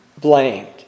blamed